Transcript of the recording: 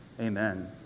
Amen